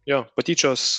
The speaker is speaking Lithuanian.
jo patyčios